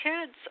kids